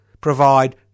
provide